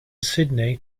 sydney